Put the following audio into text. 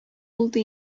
булды